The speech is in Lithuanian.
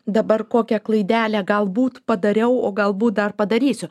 dabar kokią klaidelę galbūt padariau o galbūt dar padarysiu